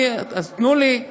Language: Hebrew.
אז תנו לי,